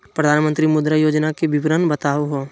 प्रधानमंत्री मुद्रा योजना के विवरण बताहु हो?